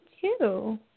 two